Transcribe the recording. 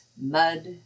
mud